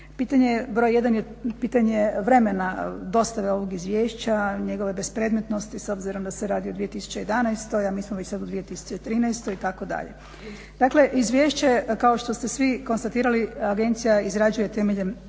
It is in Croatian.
pitanje vremena dostave ovog izvješća, njegove bespredmetnosti s obzirom da se radi o 2011. a mi smo već sad u 2013. itd. Dakle, izvješće kao što ste svi konstatirali agencija izrađuje temeljem podataka